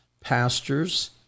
pastors